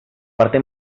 parte